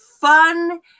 fun